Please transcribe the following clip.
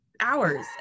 hours